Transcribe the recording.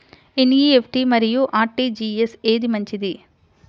NEFT మరియు RTGS ఏది మంచిది?